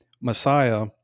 Messiah